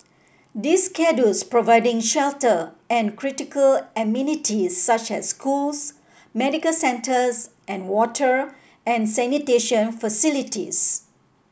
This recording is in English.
this providing shelter and critical amenities such as schools medical centres and water and sanitation facilities